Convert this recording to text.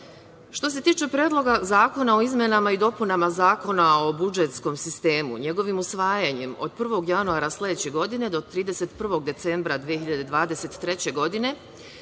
se tiče Predloga zakona o izmenama i dopunama Zakona o budžetskom sistemu njegovim usvajanjem od 1. januara sledeće godine do 31. decembra 2023. godine,